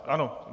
Ano.